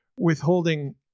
withholding